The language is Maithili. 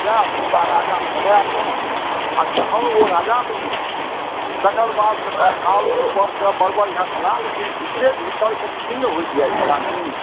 तैं हुनका राजा बनाय देलकनि हैं आ जखन ओ राजा बनि गेलखिन तकर बाद तऽ तत्काल ऊपर सॅं बर बढ़िऑं छलाह लेकिन भीतरे भीतर ओ खिन्न होइत जाइत छलाह निमि